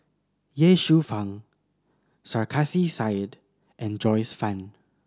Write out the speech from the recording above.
Ye Shufang Sarkasi Said and Joyce Fan